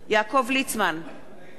נגד עוזי לנדאו,